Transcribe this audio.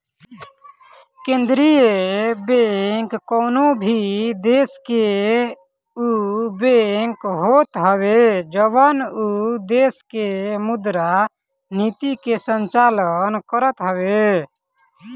केंद्रीय बैंक कवनो भी देस के उ बैंक होत हवे जवन उ देस के मुद्रा नीति के संचालन करत हवे